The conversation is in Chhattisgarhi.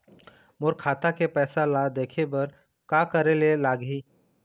मोर खाता के पैसा ला देखे बर का करे ले लागही?